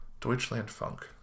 Deutschlandfunk